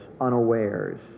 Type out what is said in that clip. unawares